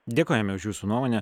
dėkojame už jūsų nuomonę